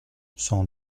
sans